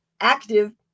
active